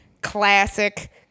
Classic